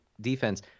defense